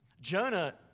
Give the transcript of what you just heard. Jonah